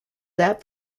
that